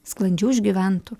sklandžiau išgyventų